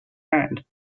hand